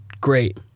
great